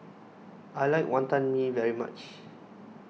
I like Wantan Mee very much